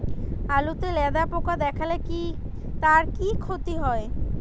আলুতে লেদা পোকা দেখালে তার কি ক্ষতি হয়?